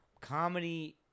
comedy